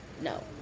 No